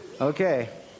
Okay